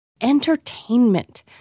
Entertainment